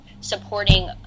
supporting